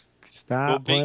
Stop